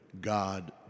God